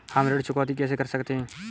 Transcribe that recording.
हम ऋण चुकौती कैसे कर सकते हैं?